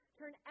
turn